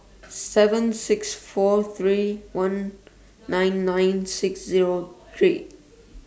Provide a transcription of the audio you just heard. seven six four three one nine nine six Zero three